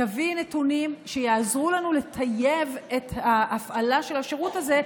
נתונים שיעזרו לנו לטייב את ההפעלה של השירות הזה,